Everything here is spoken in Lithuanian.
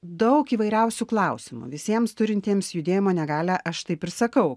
daug įvairiausių klausimų visiems turintiems judėjimo negalią aš taip ir sakau